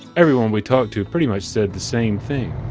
everyone we talked to pretty much said the same thing.